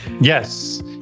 Yes